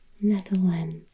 Netherlands